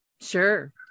Sure